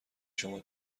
شما